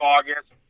August